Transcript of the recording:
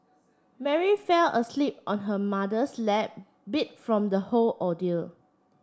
Mary fell asleep on her mother's lap beat from the whole ordeal